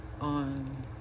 on